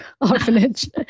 orphanage